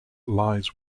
lies